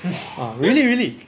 ah really really